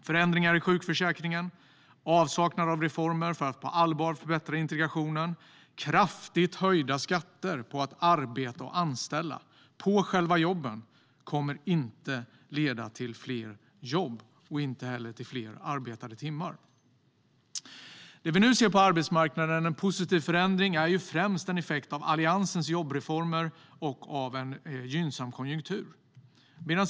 Förändringarna i sjukförsäkringen, avsaknaden av reformer för att på allvar förbättra integrationen och kraftigt höjda skatter på att arbeta och anställa och på själva jobben kommer inte att leda till fler jobb eller arbetade timmar. Den positiva förändring vi ser på arbetsmarknaden är främst en effekt av Alliansens jobbreformer och av en gynnsam konjunktur.